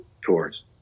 tours